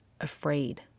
afraid